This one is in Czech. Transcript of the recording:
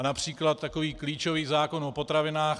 Například takový klíčový zákon o potravinách.